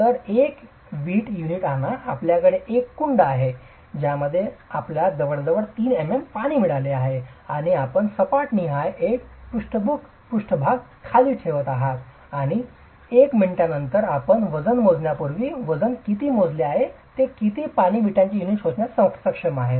तर आपण एक वीट युनिट आणा आपल्याकडे एक कुंड आहे ज्यामध्ये आपल्याला जवळजवळ 3 mm पाणी मिळाले आहे आणि आपण सपाट निहाय एक पृष्ठभाग खाली ठेवत आहात आणि 1 मिनिटानंतर आपण वजन मोजण्यापूर्वी वजन किती मोजले आहे ते किती पाणी हे विटांचे युनिट शोषण्यास सक्षम आहे